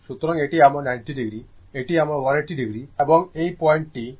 সুতরাং এটি আমার 90o এটি আমার 180o এবং এই পয়েন্টটি 270o